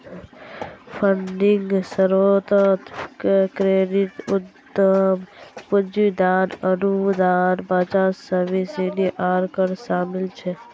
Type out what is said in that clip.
funding स्रोतोत credit, उद्दाम पूंजी, दान, अनुदान, बचत, सब्सिडी आर कर शामिल छे